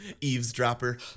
eavesdropper